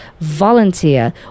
volunteer